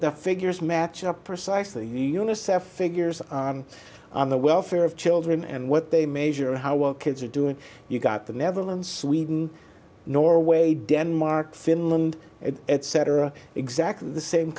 the figures match up precisely unicef figures on the welfare of children and what they measure how well kids are doing you've got the neverland sweden norway denmark finland etc exactly the same